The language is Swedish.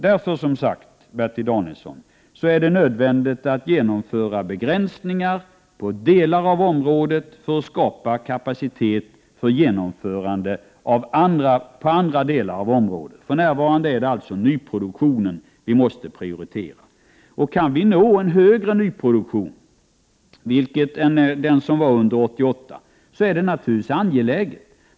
Därför, Bertil Danielsson, är det nödvändigt att det genomförs begränsningar på delar av området för att det skall skapas kapacitet för genomförande på andra delar av området. För närvarande är det alltså nyproduktionen som måste prioriteras. Kan man uppnå en större nyproduktion än under 1988 är det naturligtvis angeläget.